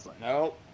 No